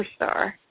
superstar